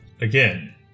again